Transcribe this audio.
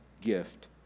gift